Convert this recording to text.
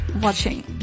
watching